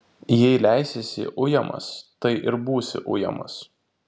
jei leisiesi ujamas tai ir būsi ujamas